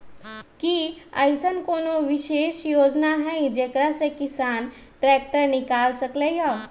कि अईसन कोनो विशेष योजना हई जेकरा से किसान ट्रैक्टर निकाल सकलई ह?